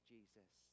Jesus